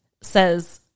says